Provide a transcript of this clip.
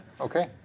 Okay